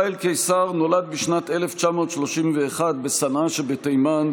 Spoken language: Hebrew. ישראל קיסר נולד בשנת 1931 בצנעא שבתימן,